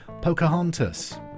Pocahontas